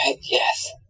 Yes